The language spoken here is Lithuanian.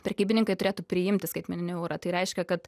prekybininkai turėtų priimti skaitmeninį eurą tai reiškia kad